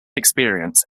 experience